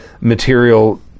material